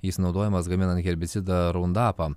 jis naudojamas gaminant herbicidą raundapą